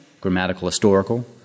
grammatical-historical